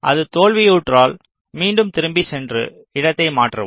அது தோல்வியுற்றால் மீண்டும் திரும்பிச் சென்று இடத்தை மாற்றவும்